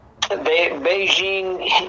Beijing